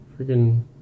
freaking